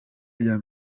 rya